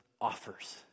offers